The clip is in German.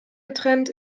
getrennt